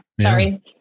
Sorry